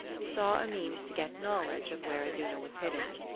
saw a means to get knowledge of where iduna was hidden.